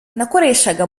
nakoreshaga